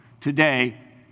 today